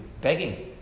Begging